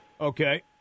Okay